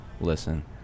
Listen